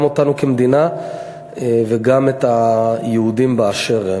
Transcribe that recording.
גם אותנו כמדינה וגם את היהודים באשר הם.